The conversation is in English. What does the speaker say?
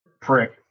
prick